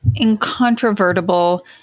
incontrovertible